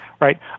right